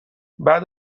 بعد